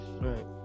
Right